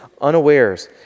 unawares